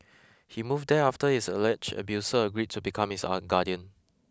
he moved there after his alleged abuser agreed to become his guardian